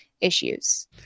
issues